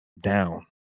down